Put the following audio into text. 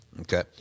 Okay